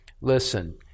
listen